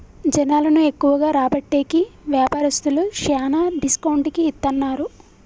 జనాలను ఎక్కువగా రాబట్టేకి వ్యాపారస్తులు శ్యానా డిస్కౌంట్ కి ఇత్తన్నారు